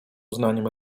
uznaniem